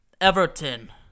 Everton